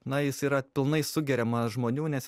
na jis yra pilnai sugeriamas žmonių nes